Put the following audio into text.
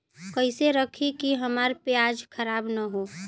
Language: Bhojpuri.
कइसे रखी कि हमार प्याज खराब न हो?